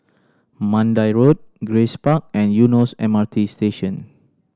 Mandai Road Grace Park and Eunos M R T Station